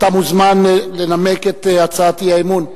אתה מוזמן לנמק את הצעת האי-אמון.